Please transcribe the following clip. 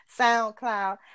soundcloud